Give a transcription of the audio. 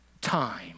time